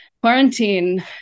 quarantine